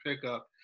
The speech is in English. pickup